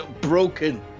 broken